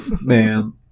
Man